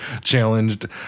challenged